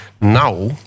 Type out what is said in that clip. now